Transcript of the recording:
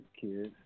kids